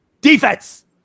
defense